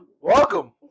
Welcome